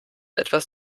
etwas